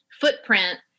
footprint